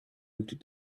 looked